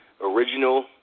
original